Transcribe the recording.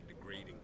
degrading